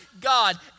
God